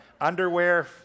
underwear